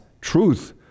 truth